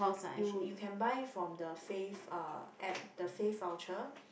you you can buy from the fave uh app the fave voucher